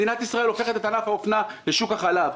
מדינת ישראל הופכת את ענף האופנה לשוק החלב.